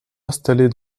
installée